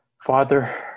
Father